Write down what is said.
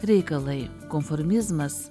reikalai konformizmas